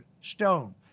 stone